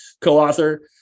co-author